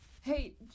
Hey